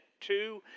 two